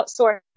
outsource